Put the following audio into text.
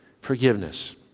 forgiveness